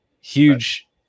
huge